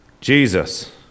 Jesus